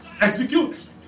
execute